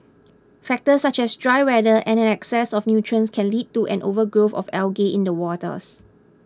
factors such as dry weather and an excess of nutrients can lead to an overgrowth of algae in the waters